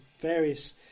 various